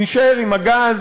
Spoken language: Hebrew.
נישאר עם הגז.